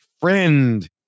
friend